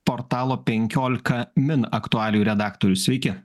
portalo penkiolika min aktualijų redaktorius sveiki